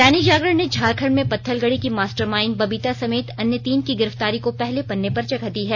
दैनिक जागरण ने झारखंड में पत्थलगड़ी की मास्टरमांइड बबीता समेत अन्य तीन की गिरफ्तारी को पहले पन्ने पर जगह दी है